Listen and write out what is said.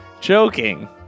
joking